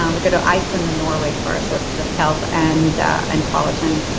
um but go to iceland and norway for our sources of kelp and and collagen.